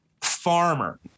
farmer